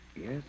Yes